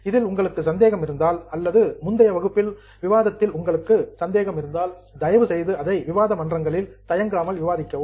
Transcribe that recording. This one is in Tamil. இதில் உங்களுக்கு சந்தேகம் இருந்தால் அல்லது முந்தைய வகுப்பு விவாதத்தில் உங்களுக்கு சந்தேகம் இருந்தால் தயவுசெய்து அதை விவாத மன்றங்களில் தயங்காமல் விவாதிக்கவும்